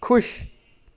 ਖੁਸ਼